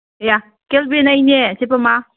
ꯑꯌꯥ ꯀꯦꯜꯕꯤꯟ ꯑꯩꯅꯦ ꯆꯦ ꯄꯃꯥ